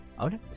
Okay